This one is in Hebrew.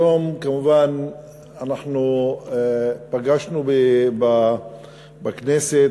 היום כמובן אנחנו פגשנו בכנסת,